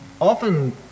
often